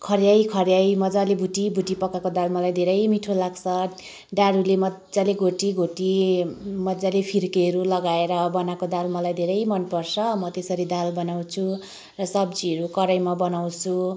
खऱ्याइ खऱ्याई मज्जाले भुटी भुटी पकाएको दाल मलाई धेरै मिठो लाग्छ डाडुले मज्जाले घोटी घोटी मज्जाले फिर्केहरू लगाएर बनाएको दाल मलाई धेरै मन पर्छ म त्यसरी दाल बनाउँछु र सब्जीहरू कराहीमा बनाउँछु